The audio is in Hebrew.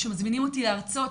כשמזמינים אותי להרצאות,